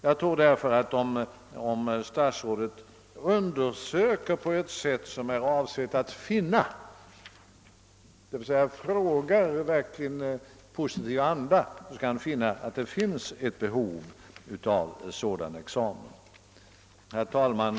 Jag tror därför att om statsrådet gör en undersökning som verkligen är avsedd att finna, dvs. frågar i en positiv anda, så skall han komma fram till att det finns behov av en sådan examen. Herr talman!